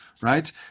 right